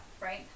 right